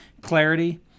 Clarity